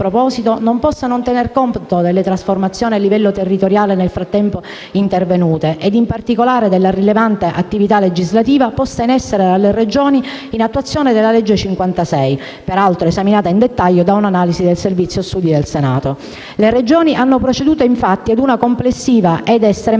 non possa non tener conto delle trasformazioni a livello territoriale nel frattempo intervenute, e in particolare della rilevante attività legislativa posta in essere dalle Regioni in attuazione della legge n. 56 (peraltro esaminata in dettaglio da un'analisi del Servizio studi del Senato). Le Regioni hanno proceduto, infatti, ad una complessiva ed estremamente